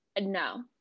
no